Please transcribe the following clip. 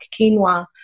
quinoa